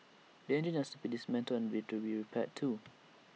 the engine has to be dismantled to be repaired too